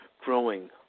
growing